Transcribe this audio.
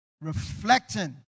reflecting